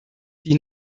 die